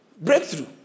Breakthrough